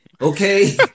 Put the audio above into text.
okay